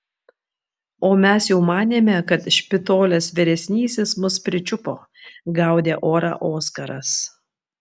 o mes jau manėme kad špitolės vyresnysis mus pričiupo gaudė orą oskaras